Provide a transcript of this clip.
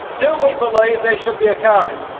do we believe there should be a car and